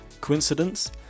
Coincidence